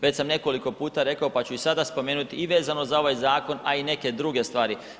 Već sam nekoliko puta rekao, pa ću i sada spomenuti i vezano za ovaj zakon, a i neke druge stvari.